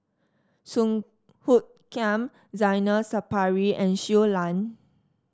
Song Hoot Kiam Zainal Sapari and Shui Lan